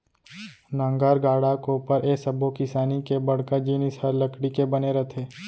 नांगर, गाड़ा, कोपर ए सब्बो किसानी के बड़का जिनिस हर लकड़ी के बने रथे